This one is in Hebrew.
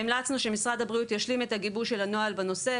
המלצנו שמשרד הבריאות ישלים את הגיבוש של הנוהל בנושא,